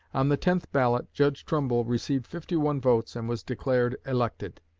on the tenth ballot judge trumbull received fifty-one votes and was declared elected.